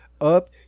up